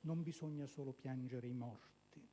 non bisogna solo piangere i morti.